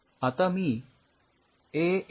आता मी A F M ने परीक्षण करेल